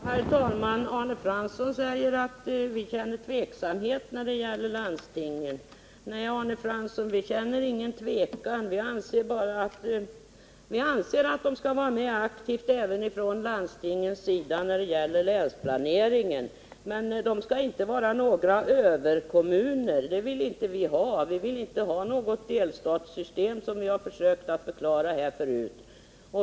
Herr talman! Arne Fransson säger att vi känner tveksamhet när det gäller landstingen. Nej, vi känner ingen tvekan. Vi anser att man även från landstingens sida aktivt skall vara med när det gäller länsplaneringen, men de skall inte vara några överkommuner — det vill vi inte ha. Vi vill inte ha något delstatssystem, vilket vi tidigare har försökt att förklara.